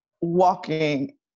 walking